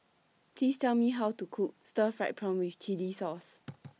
Please Tell Me How to Cook Stir Fried Prawn with Chili Sauce